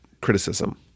criticism